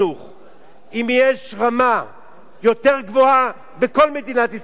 אם יש רמה יותר גבוהה בכל מדינת ישראל בביולוגיה.